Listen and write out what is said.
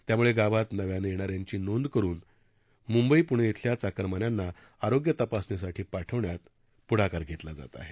त्यामुळे गावात नव्याने येणाऱ्यांची नोंद करुन म्ंबई पूणे इथल्या चाकरमान्यांना आरोग्य तपासणीसाठी पाठविण्यात प्ढाकार घेतला जात आहे